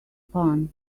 fun